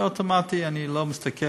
זה אוטומטי, אני לא מסתכל.